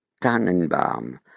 Tannenbaum